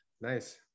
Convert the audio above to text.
nice